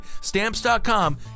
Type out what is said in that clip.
Stamps.com